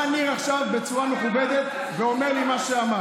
בא עכשיו ניר ואמר מה שאמר.